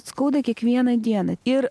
skauda kiekvieną dieną ir